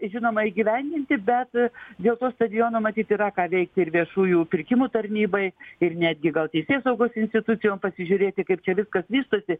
žinoma įgyvendinti bet dėl to stadiono matyt yra ką veikti ir viešųjų pirkimų tarnybai ir netgi gal teisėsaugos institucijom pasižiūrėti kaip čia viskas vystosi